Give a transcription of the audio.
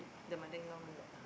the mother in law won't let lah